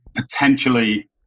potentially